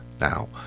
Now